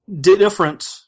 different